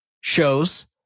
shows